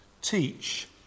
teach